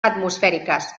atmosfèriques